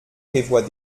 prévoit